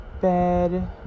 bed